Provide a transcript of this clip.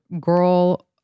girl